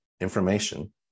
information